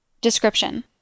Description